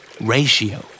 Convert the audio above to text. Ratio